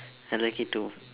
I like it too